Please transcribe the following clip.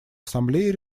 ассамблеей